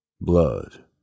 Blood